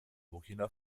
burkina